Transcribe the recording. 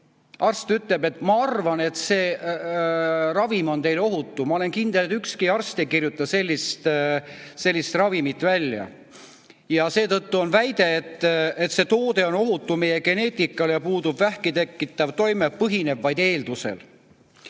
arst ütleb, et ma arvan, et see ravim on teile ohutu? Ma olen kindel, et ükski arst ei kirjuta sellist ravimit välja. Seetõttu väide, et see toode on ohutu meie geneetikale ja sellel puudub vähki tekitav toime, põhineb vaid eeldusel.